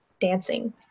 dancing